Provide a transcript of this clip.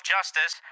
Justice